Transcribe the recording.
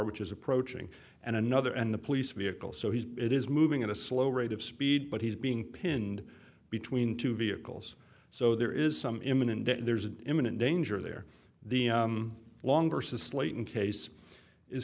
which is approaching and another and the police vehicle so he it is moving at a slow rate of speed but he's being pinned between two vehicles so there is some imminent there's an imminent danger there the longer says slayton case is